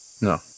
No